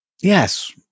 Yes